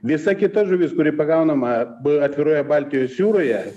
visa kita žuvis kuri pagaunama atviroje baltijos jūroje